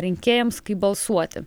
rinkėjams kaip balsuoti